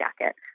jacket